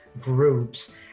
groups